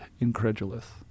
incredulous